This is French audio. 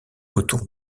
autour